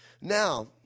Now